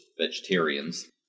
vegetarians